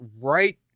right